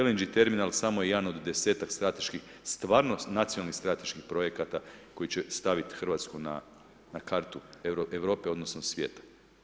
LNG Terminal samo je jedan od 10-ak strateških, stvarno nacionalnih strateških projekata koji će staviti Hrvatsku na kartu Europe, odnosno svijeta.